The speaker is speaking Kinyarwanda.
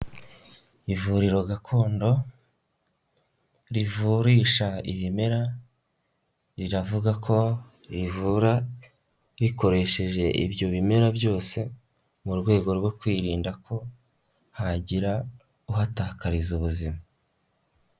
Ivuriro gakondo rivurisha ibimera, riravuga ko rivura rikoresheje ibyo bimera byose mu rwego rwo kwirinda ko hagira uhatakariza ubuzima.